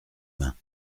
mains